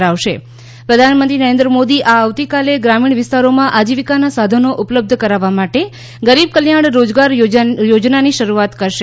કરાવશે પ્રધાનમંત્રી નરેન્દ્ર મોદી આ આવતીકાલે ગ્રામીણ વિસ્તારોમાં આજીવીકાના સાધનો ઉપલબ્ધ કરાવવા માટે ગરીબ કલ્યાણ રોજગાર યોજનાની શરૂઆત કરશે